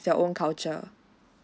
their own culture